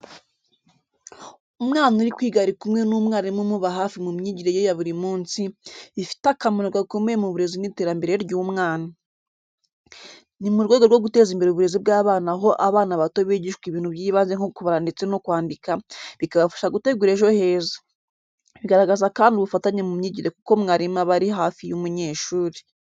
Umwana uri kwiga ari kumwe n'umwarimu umuba hafi mu myigire ye ya buri munsi, bifite akamaro gakomeye mu burezi n’iterambere ry’umwana. Ni mu rwego rwo guteza imbere uburezi bw’abana aho abana bato bigishwa ibintu by’ibanze nko kubara ndetse no kwandika, bikabafasha gutegura ejo heza. Bigaragaza kandi ubufatanye mu myigire kuko mwarimu aba ari hafi y’umunyeshuri